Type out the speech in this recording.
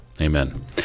Amen